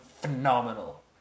phenomenal